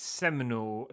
seminal